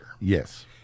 Yes